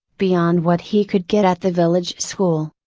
beyond what he could get at the village school.